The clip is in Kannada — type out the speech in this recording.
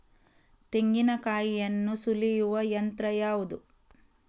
ತೆಂಗಿನಕಾಯಿಯನ್ನು ಸುಲಿಯುವ ಯಂತ್ರ ಯಾವುದು?